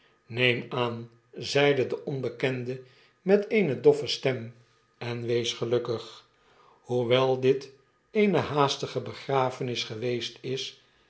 neem aan zeide de onbekende met eene doffe stem en wees gelukkig hoewel dit eene haastige begrafenis geweest is